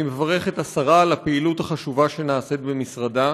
אני מברך את השרה על הפעילות החשובה שנעשית במשרדה,